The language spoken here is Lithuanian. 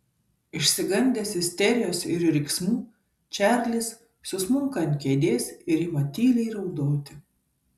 išsigandęs isterijos ir riksmų čarlis susmunka ant kėdės ir ima tyliai raudoti